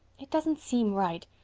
it doesn't seem right.